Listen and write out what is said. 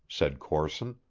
said corson,